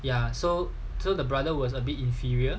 ya so so the brother was a bit inferior